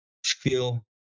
feel